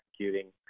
executing